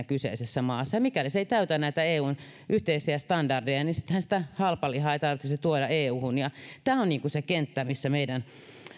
kyseisessä maassa ja mikäli se ei täytä näitä eun yhteisiä standardeja niin sittenhän sitä halpalihaa ei tarvitsisi tuoda euhun tämä on se kenttä missä meidän